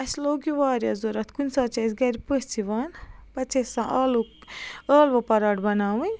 اَسہِ لوٚگ یہِ واریاہ ضرورَت کُنۍ ساتہٕ چھِ اَسہِ گَرِ پٔژھ یِوان پَتہٕ چھِ اَسہِ آسان آلو ٲلوٕ پَراٹ بَناوٕنۍ